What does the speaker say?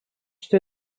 что